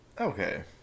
Okay